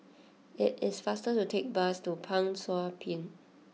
it is faster to take the bus to Pang Sua Pond